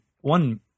one